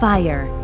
Fire